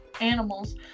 Animals